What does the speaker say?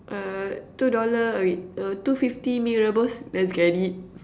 uh two dollar wait uh two fifty Mee-Rebus let's get it